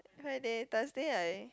Friday Thursday I